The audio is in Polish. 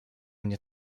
mnie